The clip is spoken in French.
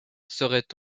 serait